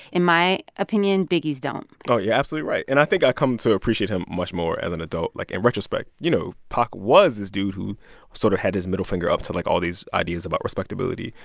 in my opinion, biggie's don't oh, you're absolutely right. and i think i've come to appreciate him much more as an adult. like, in retrospect, you know, pac was this dude who sort of had his middle finger up to, like, all these ideas about respectability.